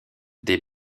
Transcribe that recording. des